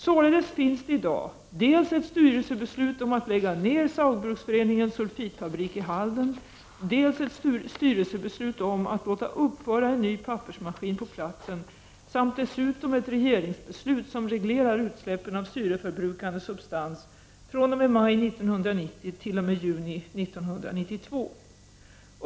Således finns i dag dels ett styrelsebeslut om att lägga ned Saugbrugsforeningens sulfitfabrik i Halden, dels ett styrelsebeslut om att låta uppföra en ny pappersmaskin på platsen samt dessutom ett regeringsbeslut som reglerar utsläppen av syreförbrukande substans fr.o.m. maj 1990 t.o.m. juni 1992.